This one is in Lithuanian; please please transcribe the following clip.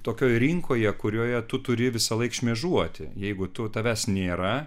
tokioje rinkoje kurioje tu turi visąlaik šmėžuoti jeigu tų tavęs nėra